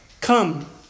Come